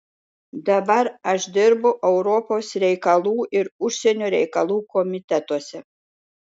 dabar aš dirbu europos reikalų ir užsienio reikalų komitetuose